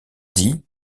dis